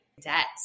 debt